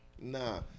Nah